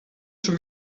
schon